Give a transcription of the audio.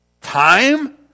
time